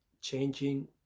changing